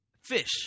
Fish